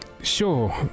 Sure